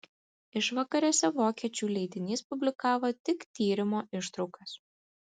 išvakarėse vokiečių leidinys publikavo tik tyrimo ištraukas